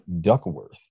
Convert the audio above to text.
duckworth